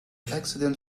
accident